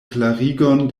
klarigon